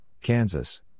Kansas